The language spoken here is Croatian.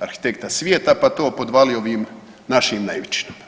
arhitekta svijeta, pa to podvalio ovim našim naivčinama.